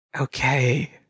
Okay